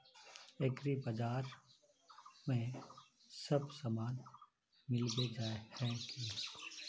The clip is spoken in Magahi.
एग्रीबाजार में सब सामान मिलबे जाय है की?